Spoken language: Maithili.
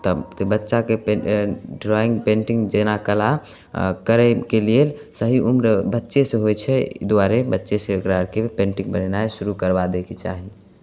तऽ बच्चाके पे ड्रॉइंग पेन्टिंग जेना कला करयके लिये सही उम्र बच्चेसँ होइ छै एहि दुआरे बच्चेसँ ओकरा आरके पेन्टिंग बनेनाइ शुरू करवा दैके चाही